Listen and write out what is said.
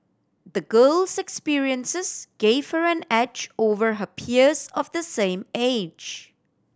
the girl's experiences gave her an edge over her peers of the same age